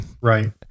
Right